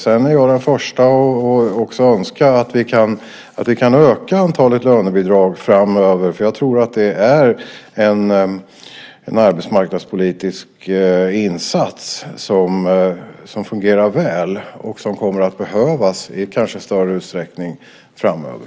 Jag är den första att också önska att vi kan öka antalet lönebidrag framöver, för jag tror att det är en arbetsmarknadspolitisk insats som fungerar väl och som kommer att behövas i större utsträckning framöver.